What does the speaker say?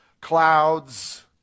clouds